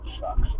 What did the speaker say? sucks